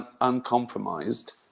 uncompromised